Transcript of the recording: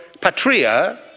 patria